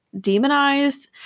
demonized